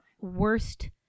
worst